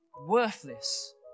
worthless